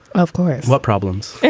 of course what problems?